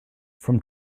from